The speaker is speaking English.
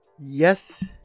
Yes